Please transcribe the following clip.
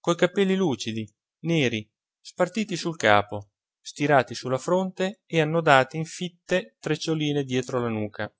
coi capelli lucidi neri spartiti sul capo stirati sulla fronte e annodati in fitte treccioline dietro la nuca